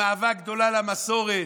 עם אהבה גדולה למסורת.